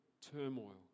turmoil